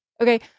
okay